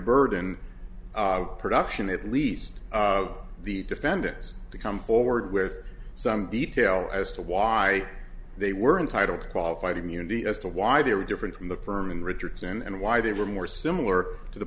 of production at least of the defendants to come forward with some detail as to why they were entitle qualified immunity as to why they were different from the firm in richardson and why they were more similar to the